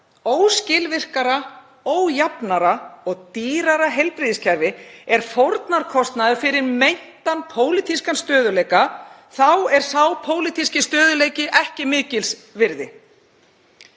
óskilvirkara, ójafnara og dýrara heilbrigðiskerfi er fórnarkostnaðurinn fyrir meintan pólitískan stöðugleika, þá er sá pólitíski stöðugleiki ekki mikils virði.